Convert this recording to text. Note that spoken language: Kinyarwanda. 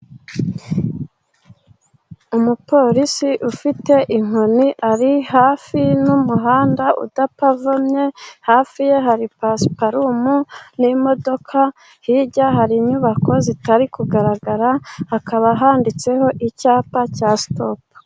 Umupolisi ufite inkoni ari hafi n'umuhanda udapavomye, hafi ye hari pasiparumu n'imodoka, hirya hari inyubako zitari kugaragara, hakaba handitseho icyapa cya sitopu.